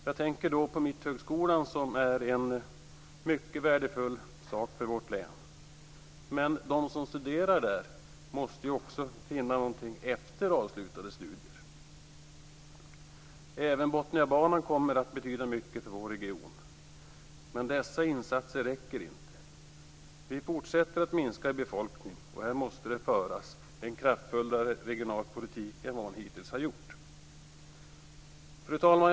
Jag tänker då på Mitthögskolan, som är mycket värdefull för vårt län. Men de som studerar där måste också finna någonting efter avslutade studier. Även Botniabanan kommer att betyda mycket för vår region. Men dessa insatser räcker inte. Vi fortsätter att minska i befolkning, och här måste det föras en kraftfullare regionalpolitik än man hittills har gjort. Fru talman!